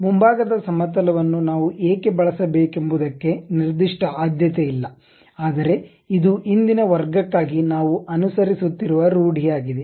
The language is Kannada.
ಮುಂಭಾಗದ ಸಮತಲ ವನ್ನು ನಾವು ಏಕೆ ಬಳಸಬೇಕೆಂಬುದಕ್ಕೆ ನಿರ್ದಿಷ್ಟ ಆದ್ಯತೆಯಿಲ್ಲ ಆದರೆ ಇದು ಇಂದಿನ ವರ್ಗಕ್ಕಾಗಿ ನಾವು ಅನುಸರಿಸುತ್ತಿರುವ ರೂಢಿಯಾಗಿದೆ